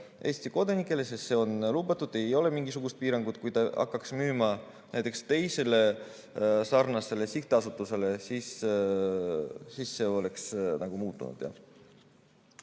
Eesti kodanikele, siis see on lubatud, ei ole mingisugust piirangut. Kui ta hakkaks müüma teisele sarnasele sihtasutusele, siis see oleks muutunud,